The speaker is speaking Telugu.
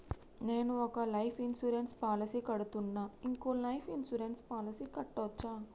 నేను ఒక లైఫ్ ఇన్సూరెన్స్ పాలసీ కడ్తున్నా, ఇంకో లైఫ్ ఇన్సూరెన్స్ పాలసీ కట్టొచ్చా?